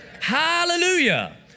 Hallelujah